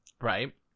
Right